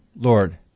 Lord